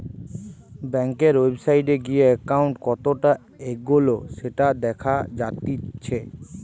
বেংকের ওয়েবসাইটে গিয়ে একাউন্ট কতটা এগোলো সেটা দেখা জাতিচ্চে